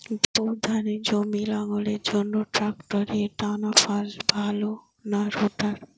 Bore ধানের জমি লাঙ্গলের জন্য ট্রাকটারের টানাফাল ভালো না রোটার?